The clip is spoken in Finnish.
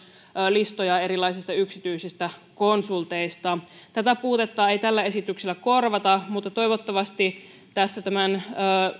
listoja erilaisista yksityisistä konsulteista tätä puutetta ei tällä esityksellä korvata mutta toivottavasti tämän